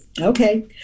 Okay